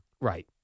Right